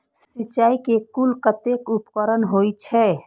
सिंचाई के कुल कतेक उपकरण होई छै?